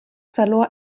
verlor